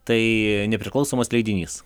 tai nepriklausomas leidinys